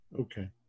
Okay